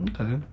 Okay